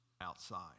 outside